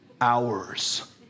hours